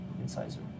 incisor